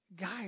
guys